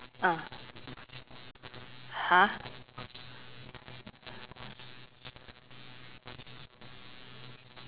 !huh!